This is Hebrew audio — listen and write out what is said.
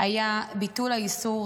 היה ביטול האיסור